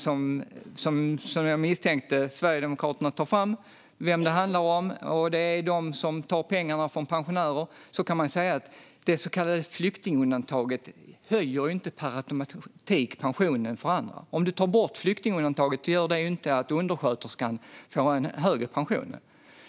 Som jag misstänkte ville Sverigedemokraterna ta fram en speciell fråga och vilka det handlar om: De som tar pengarna från pensionärer. Men det så kallade flyktingundantaget höjer inte pensionen för andra per automatik. Om man tar bort flyktingundantaget gör det inte att undersköterskan får en högre pension.